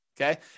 Okay